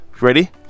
Ready